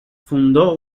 fundó